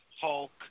Hulk